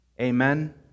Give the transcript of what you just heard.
Amen